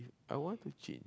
I want to cheat